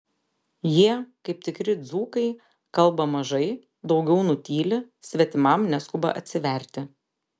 jie kaip tikri dzūkai kalba mažai daugiau nutyli svetimam neskuba atsiverti